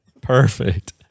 Perfect